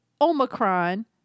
Omicron